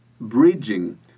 bridging